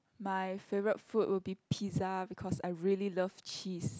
my favourite food would be pizza because I really love cheese